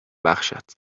بخشد